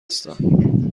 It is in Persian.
هستم